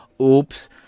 oops